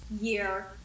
year